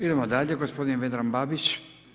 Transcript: Idemo dalje, gospodin Vedran Babić.